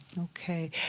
Okay